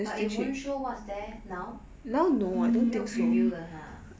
but it won't show what's there now 没有 preview 的 !huh!